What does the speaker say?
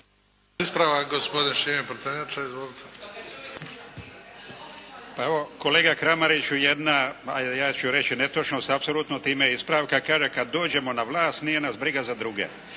ispravak gospodin Šime Prtenjača. Izvolite. **Prtenjača, Šime (HDZ)** Evo kolega Kramariću jedna ja ću reći netočnost, apsolutno time i ispravka. Kaže, kad dođemo na vlast nije nas briga za druge.